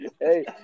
Hey